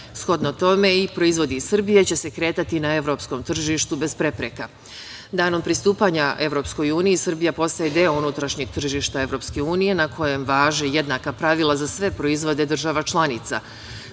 tome, i proizvodi iz Srbije će se kretati na evropskom tržištu bez prepreka. Danom pristupanja EU Srbija postaje deo unutrašnjeg tržišta EU na kojem važe jednaka pravila za sve proizvode država članica.